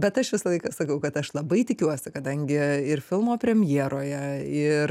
bet aš visą laiką sakau kad aš labai tikiuosi kadangi ir filmo premjeroje ir